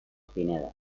pineda